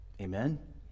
Amen